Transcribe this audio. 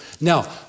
Now